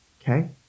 okay